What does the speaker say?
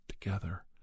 together